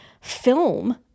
film